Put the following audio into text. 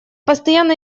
постоянно